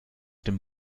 dem